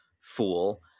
fool